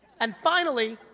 and finally,